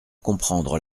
comprendre